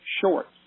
shorts